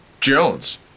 Jones